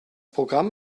programm